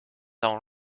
own